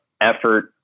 effort